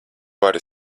vari